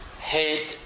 hate